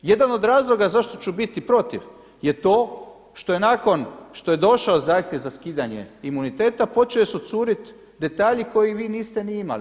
Jedan od razloga zašto ću biti protiv je to što je nakon, što je došao zahtjev za skidanje imuniteta, počeli su curit detalji koje vi niste ni imali.